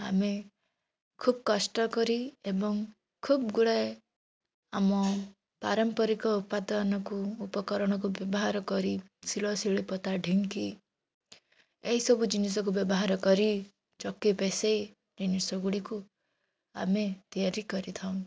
ଆମେ ଖୁବ କଷ୍ଟକରି ଏବଂ ଖୁବ ଗୁଡ଼ାଏ ଆମ ପାରମ୍ପାରିକ ଉପାଦାନକୁ ଉପକରଣକୁ ବ୍ୟବହାରକରି ଶିଳ ଶିଳିପତା ଢିଙ୍କି ଏହିସବୁ ଜିନିଷକୁ ବ୍ୟବହାରକରି ଚକି ପେଷେଇ ଜିନିଷଗୁଡ଼ିକୁ ଆମେ ତିଆରି କରିଥାଉ